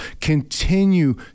continue